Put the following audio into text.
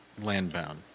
landbound